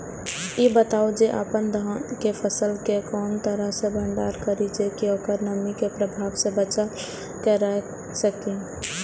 ई बताऊ जे अपन धान के फसल केय कोन तरह सं भंडारण करि जेय सं ओकरा नमी के प्रभाव सं बचा कय राखि सकी?